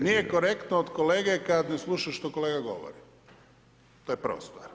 Nije korektno od kolege kad ne sluša što kolega govori, to je prva stvar.